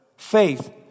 Faith